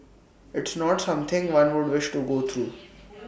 it's not something one would wish to go through